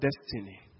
destiny